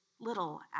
little